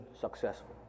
successful